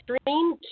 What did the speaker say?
stream